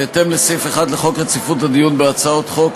בהתאם לסעיף 1 לחוק רציפות הדיון בהצעות חוק,